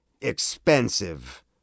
expensive